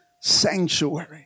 sanctuary